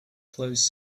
closed